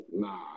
Nah